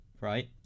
right